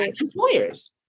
employers